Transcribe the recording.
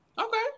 Okay